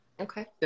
Okay